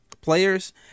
players